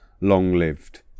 long-lived